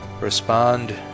Respond